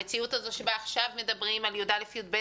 המציאות הזו שבה עכשיו מדברים על י"א י"ב